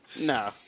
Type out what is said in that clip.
No